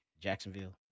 Jacksonville